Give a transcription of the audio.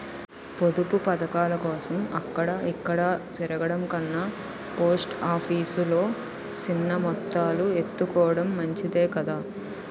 పొదుపు పదకాలకోసం అక్కడ ఇక్కడా తిరగడం కన్నా పోస్ట్ ఆఫీసు లో సిన్న మొత్తాలు ఎత్తుకోడం మంచిదే కదా